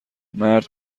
مرد